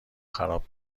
خراب